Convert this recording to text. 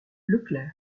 leclerc